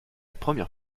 première